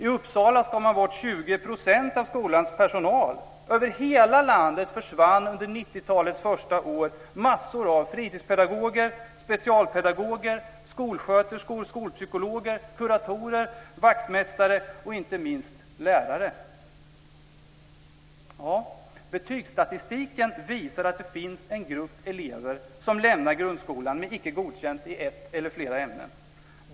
I Uppsala skar man bort 20 % 90-talets första år massor av fritidspedagoger, specialpedagoger, skolsköterskor, skolpsykologer, kuratorer, vaktmästare och, inte minst, lärare. Betygsstatistiken visar att det finns en grupp elever som lämnar grundskolan med icke godkänt i ett eller flera ämnen.